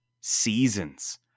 seasons